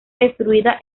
destruida